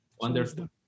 Wonderful